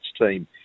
team